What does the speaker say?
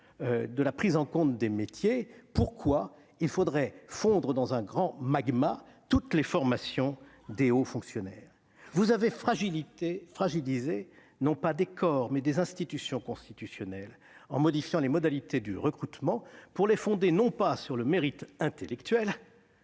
de la prise en compte des métiers, pourquoi il faudrait fondre dans un grand magma toutes les formations des hauts fonctionnaires. Vous avez fragilisé, non pas des corps, mais des institutions constitutionnelles, en modifiant les modalités du recrutement et en les fondant non pas sur le mérite intellectuel,